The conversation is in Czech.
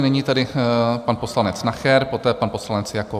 Nyní tedy pan poslanec Nacher, poté pan poslanec Jakob.